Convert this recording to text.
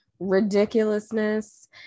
ridiculousness